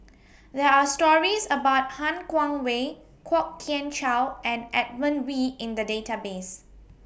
There Are stories about Han Guangwei Kwok Kian Chow and Edmund Wee in The Database